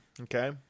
Okay